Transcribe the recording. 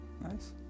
Nice